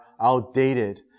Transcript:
outdated